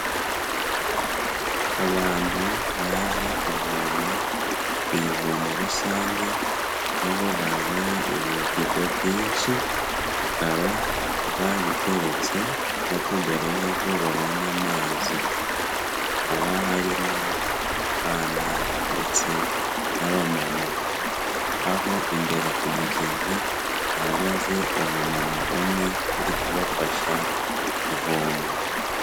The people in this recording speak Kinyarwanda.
Abantu baje kuvoma ku ivomo rusange, aho bazanye ibipido byinshi, bakaba babiteretse bategereje ko babona amazi, hakaba harimo abana ndetse n'abamama, aho imbere ku mugezi hahagaze umumama umwe uri kubafasha kuvoma.